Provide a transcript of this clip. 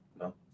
no